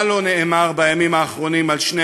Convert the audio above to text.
מה לא נאמר בימים האחרונים על שני